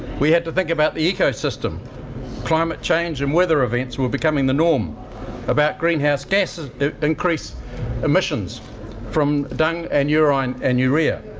we had to think about the eco-system climate change and weather events were becoming the norm about greenhouse gas increased emissions from dung, and urine and urea,